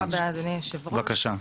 תודה רבה אדוני יושב הראש.